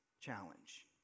Challenge